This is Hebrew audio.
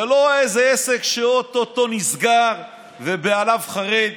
זה לא איזה עסק שאו-טו-טו נסגר ובעליו חרד